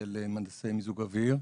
של מהנדסי מיזוג אוויר.